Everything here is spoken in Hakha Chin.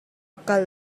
kal